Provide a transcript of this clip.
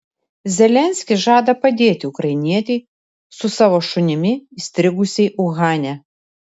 zelenskis žada padėti ukrainietei su savo šunimi įstrigusiai uhane